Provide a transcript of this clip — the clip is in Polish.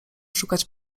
szukać